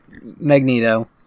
Magneto